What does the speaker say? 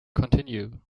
continue